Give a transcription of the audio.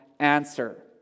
Answer